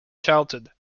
childhood